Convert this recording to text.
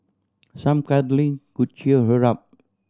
some cuddling could cheer her up